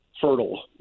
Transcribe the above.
fertile